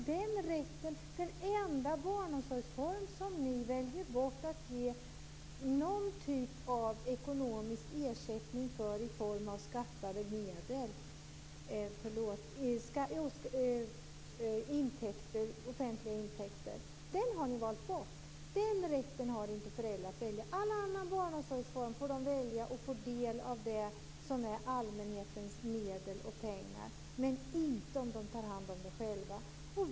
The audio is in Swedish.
Den är den enda barnomsorgsform som ni väljer bort och inte ger någon typ av ekonomisk ersättning i form av offentliga intäkter. Den omsorgsformen har föräldrar inte rätt att välja. All annan form av barnomsorg kan de välja och därigenom få del av allmänhetens medel. Men det får de inte om de tar hand om barnen själva.